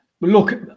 Look